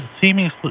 seemingly